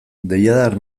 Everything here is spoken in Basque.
deiadar